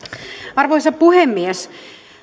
arvoisa puhemies